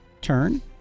turn